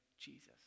jesus